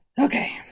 Okay